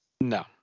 No